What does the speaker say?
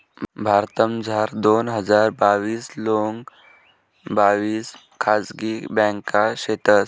भारतमझार दोन हजार बाविस लोंग बाविस खाजगी ब्यांका शेतंस